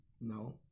No